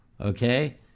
Okay